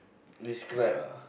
describe ah